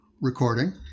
recording